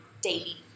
daily